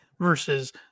versus